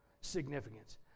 significance